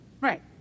Right